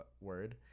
word